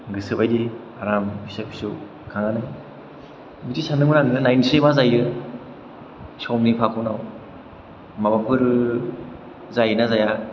गोसोबायदि आराम फिसा फिसौ खांनानै बिदि सानदोंमोन आरो नायसै मा जायो समनि फाख'नाव माबाफोर जायोना जाया